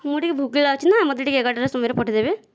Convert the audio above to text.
ମୁଁ ଟିକେ ଭୋକିଲା ଅଛି ନା ମୋତେ ଟିକେ ଏଗାରଟାରେ ସମୟରେ ପଠାଇଦେବେ